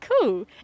cool